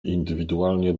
indywidualnie